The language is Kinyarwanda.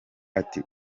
ati